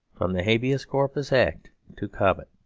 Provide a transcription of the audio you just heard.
from the habeas corpus act to cobbett.